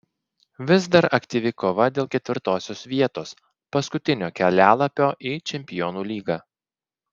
vis dar aktyvi kova dėl ketvirtosios vietos paskutinio kelialapio į čempionų lygą